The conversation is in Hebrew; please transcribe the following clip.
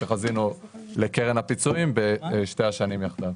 שחזינו לקרן הפיצויים בשתי השנים יחדיו.